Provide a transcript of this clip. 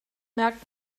merkt